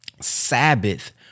Sabbath